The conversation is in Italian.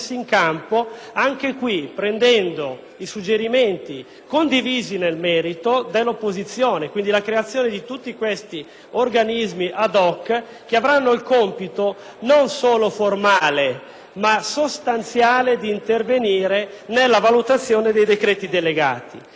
condivisi nel merito, dell'opposizione, con la creazione di tutti questi organismi *ad* *hoc,* che avrannoil compito non solo formale, ma sostanziale di intervenire nella valutazione dei decreti delegati. La risposta quindi è soprattutto procedurale,